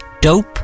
Dope